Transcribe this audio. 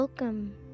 Welcome